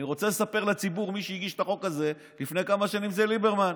אני רוצה לספר לציבור שמי שהגיש את החוק הזה לפני כמה שנים זה ליברמן.